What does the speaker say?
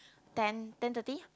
ten ten thirty